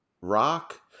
rock